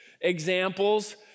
examples